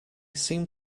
seem